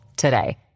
today